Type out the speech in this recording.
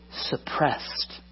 suppressed